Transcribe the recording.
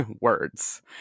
Words